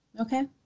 Okay